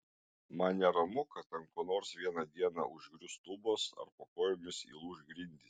man neramu kad ant ko nors vieną dieną užgrius lubos ar po kojomis įlūš grindys